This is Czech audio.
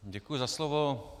Děkuji za slovo.